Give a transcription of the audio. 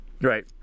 Right